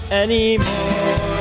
anymore